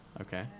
Okay